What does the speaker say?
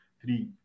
three